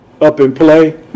up-and-play